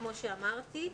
כמו שאמרתי,